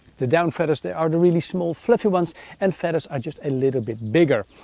the down feathers, they are the really small fluffy ones and feathers are just a little bit bigger.